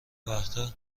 وقتها